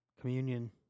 Communion